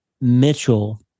Mitchell